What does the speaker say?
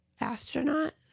astronaut